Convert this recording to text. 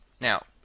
Now